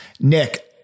Nick